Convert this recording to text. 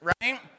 right